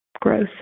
growth